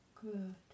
good